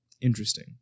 Interesting